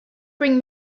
bring